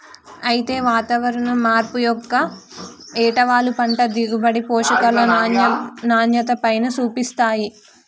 అయితే వాతావరణం మార్పు యొక్క ఏటవాలు పంట దిగుబడి, పోషకాల నాణ్యతపైన సూపిస్తాయి